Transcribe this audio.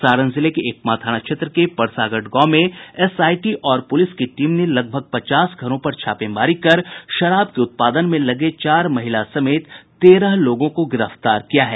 सारण जिले के एकमा थाना क्षेत्र में परसागढ़ गांव में एसआईटी और पुलिस की टीम ने लगभग पचास घरों पर छापेमारी कर शराब के उत्पादन में लगे चार महिला समेत तेरह लोगों को गिरफ्तार किया है